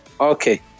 Okay